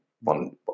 one